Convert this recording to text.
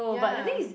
ya